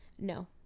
no